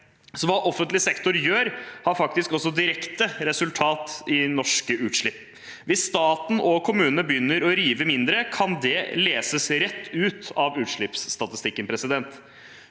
så hva offentlig sektor gjør, gir også resultater direkte på norske utslipp. Hvis staten og kommunene begynner å rive mindre, kan det leses rett ut av utslippsstatistikken. Rødts